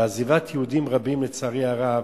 ועזיבת יהודים רבים, לצערי הרב,